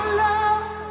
love